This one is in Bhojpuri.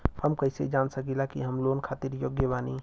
हम कईसे जान सकिला कि हम लोन खातिर योग्य बानी?